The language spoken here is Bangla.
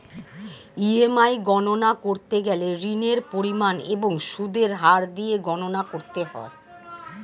ই.এম.আই গণনা করতে গেলে ঋণের পরিমাণ এবং সুদের হার দিয়ে গণনা করতে হয়